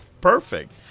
Perfect